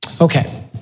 Okay